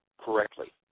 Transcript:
correctly